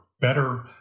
better